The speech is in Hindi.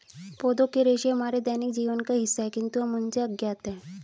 पौधों के रेशे हमारे दैनिक जीवन का हिस्सा है, किंतु हम उनसे अज्ञात हैं